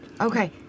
okay